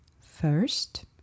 First